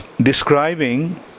describing